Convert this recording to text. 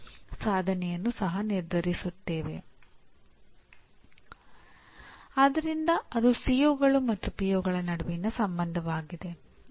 ವಿದ್ಯಾರ್ಥಿಗಳು ಅಧ್ಯಾಪಕರು ಪೋಷಕರು ಕೈಗಾರಿಕೆಗಳು ನಿರ್ವಹಣೆ ಮಂಡಳಿ ಸರ್ಕಾರಿ ಸಂಸ್ಥೆಗಳು ಇತ್ಯಾದಿ